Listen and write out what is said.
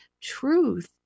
truth